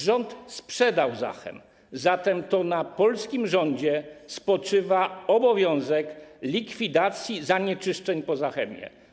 Rząd sprzedał Zachem, zatem to na polskim rządzie spoczywa obowiązek likwidacji zanieczyszczeń po Zachemie.